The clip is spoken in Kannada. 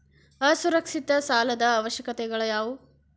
ಅಸುರಕ್ಷಿತ ಸಾಲದ ಅವಶ್ಯಕತೆಗಳ ಯಾವು